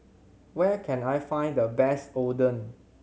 where can I find the best Oden